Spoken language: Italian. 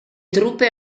truppe